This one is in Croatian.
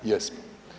Jesmo.